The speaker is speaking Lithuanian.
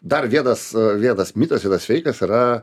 dar vienas vienas mitas yra sveikas yra